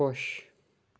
خۄش